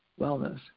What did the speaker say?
wellness